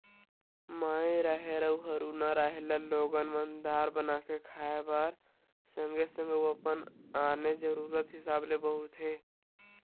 माई राहेर अउ हरूना राहेर ल लोगन मन दार बना के खाय बर सगे संग अउ अपन आने जरुरत हिसाब ले बउरथे